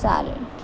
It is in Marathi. चालेल